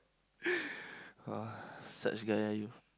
!wah! such guy